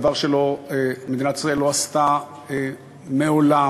דבר שמדינת ישראל לא עשתה מעולם,